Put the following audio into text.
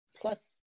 plus